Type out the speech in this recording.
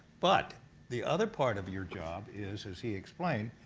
but the other part of your job is, as he explained,